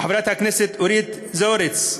על-ידי חברת הכנסת אורית זוארץ,